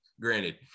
granted